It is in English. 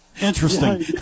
Interesting